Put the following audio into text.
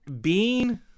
Bean